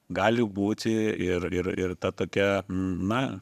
gali būti ir ir ir ta tokia na